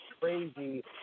crazy